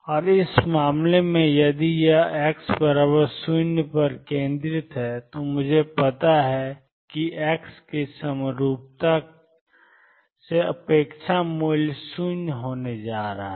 और इस मामले में यदि यह x 0 पर केंद्रित है तो मुझे पता है कि x की समरूपता से अपेक्षा मूल्य 0 होने जा रहा है